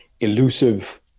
elusive